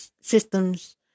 systems